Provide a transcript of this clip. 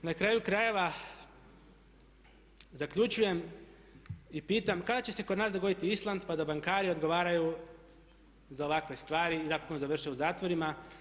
I na kraju krajeva, zaključujem i pitam kada će se kod nas dogoditi Island pa da bankari odgovaraju za ovakve stvari i napokon završe u zatvorima.